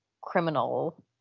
criminal